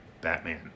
Batman